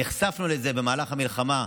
נחשפנו לזה במהלך המלחמה,